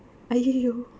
!aiyoyo!